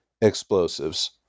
explosives